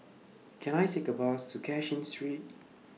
Can I Take A Bus to Cashin Street